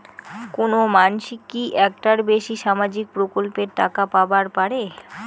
কোনো মানসি কি একটার বেশি সামাজিক প্রকল্পের টাকা পাবার পারে?